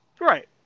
right